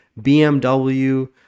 BMW